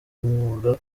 umwuga